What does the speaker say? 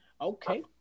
Okay